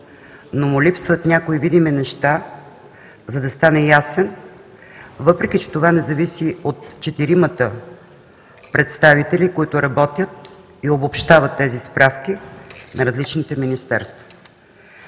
но му липсват някои видими неща, за да стане ясен, въпреки че това не зависи от четиримата представители, които работят и обобщават тези справки на различните министерства.